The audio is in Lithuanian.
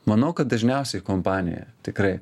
manau kad dažniausiai kompanijoje tikrai